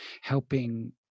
helping